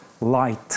Light